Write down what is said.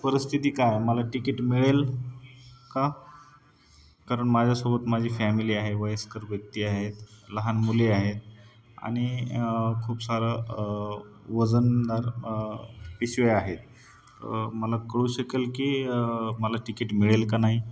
परिस्थिती काय मला टिकीट मिळेल का कारण माझ्यासोबत माझी फॅमिली आहे वयस्कर व्यक्ती आहेत लहान मुली आहेत आणि खूप सारं वजनदार पिशव्या आहेत मला कळू शकेल की मला तिकीट मिळेल का नाही